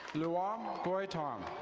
luong doyton.